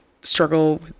struggle